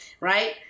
Right